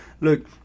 look